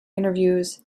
interviews